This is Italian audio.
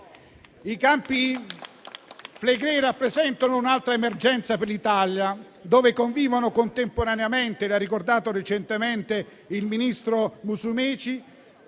I Campi Flegrei rappresentano un'altra emergenza per l'Italia, dove convivono contemporaneamente - come ha ricordato recentemente il ministro Musumeci